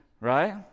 right